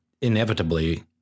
inevitably